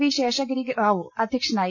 V Seshagiri Rao അധ്യക്ഷനായി